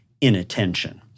inattention